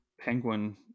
Penguin